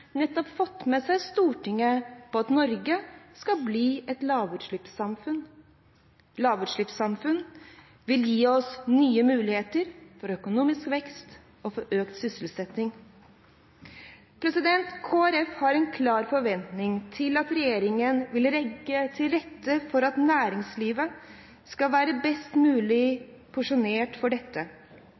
nettopp fått med seg Stortinget på at Norge skal bli et lavutslippssamfunn, som vil gi oss nye muligheter for økonomisk vekst og økt sysselsetting. Kristelig Folkeparti har en klar forventning til at regjeringen vil legge til rette for at næringslivet skal være best mulig posisjonert for dette.